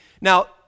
Now